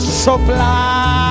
supply